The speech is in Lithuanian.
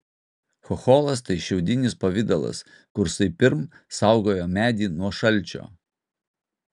chocholas tai šiaudinis pavidalas kursai pirm saugojo medį nuo šalčio